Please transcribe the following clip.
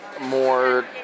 more